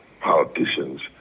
politicians